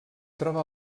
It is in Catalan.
troba